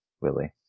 Willie